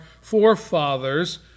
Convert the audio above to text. forefathers